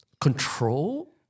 control